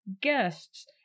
guests